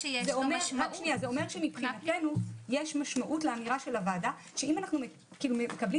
זה אומר שמבחינתנו יש משמעות לאמירה של הוועדה שאם אנחנו מקבלים